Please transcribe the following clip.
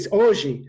hoje